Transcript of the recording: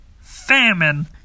famine